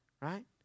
right